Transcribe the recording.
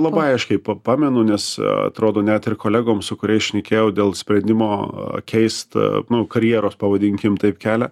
labai aiškiai pamenu nes atrodo net ir kolegom su kuriais šnekėjau dėl sprendimo keist nu karjeros pavadinkim taip kelią